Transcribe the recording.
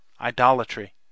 idolatry